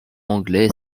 anglais